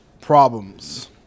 problems